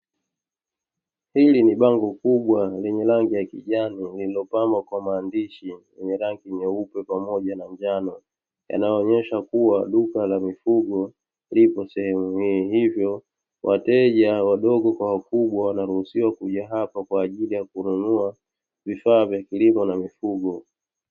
Hili ni bango kubwa lenye rangi ya kijani lililopambwa kwa maandishi yenye rangi nyeupe pamoja na njano, yanayoonesha kuwa duka la mifugo lipo sehemu hii hivyo wateja wadogo kwa wakubwa, wanaruhusiwa kuja hapa kwa ajili ya kununua vifaa vya kilimo na mifugo.